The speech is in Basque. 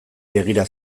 begira